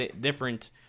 different